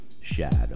shadow